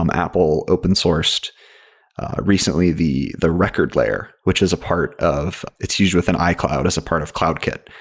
um apple open sourced recently the the record layer, which is a part of its use within icloud is a part of cloudkit,